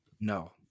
No